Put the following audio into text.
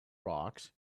rocks